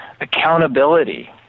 accountability